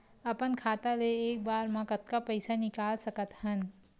अपन खाता ले एक बार मा कतका पईसा निकाल सकत हन?